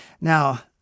Now